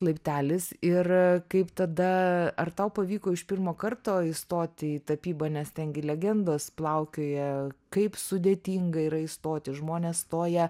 laiptelis ir kaip tada ar tau pavyko iš pirmo karto įstoti į tapybą nes ten gi legendos plaukioja kaip sudėtinga yra įstoti žmonės stoja